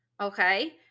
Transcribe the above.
okay